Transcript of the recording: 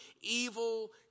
evil